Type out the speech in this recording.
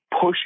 push